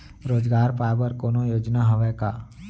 रोजगार पाए बर कोनो योजना हवय का?